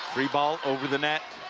ball over the net.